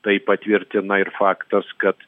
tai patvirtina ir faktas kad